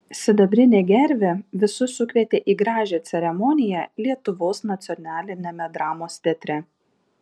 sidabrinė gervė visus sukvietė į gražią ceremoniją lietuvos nacionaliniame dramos teatre